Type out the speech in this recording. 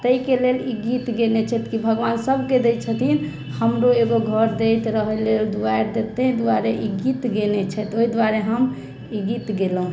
ताहिके लेल ई गीत गेयने छथि कि भगवान सभके दै छथिन हमरो एगो घर दैत रहेले दुआरि दैत ताहि दुआरे ई गीत गेयने छथि ओहि दुआरे हम ई गीत गयलोंह